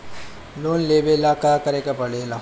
Loan लेबे ला का करे के पड़े ला?